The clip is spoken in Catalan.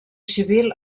civil